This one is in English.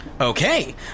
Okay